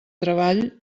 treball